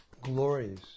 glories